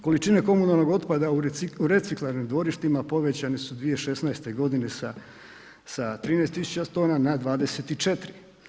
Količine komunalnog otpada u reciklarnim dvorištima povećane su 2016. godine sa 13 tisuća tona na 24.